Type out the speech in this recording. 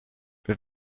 wir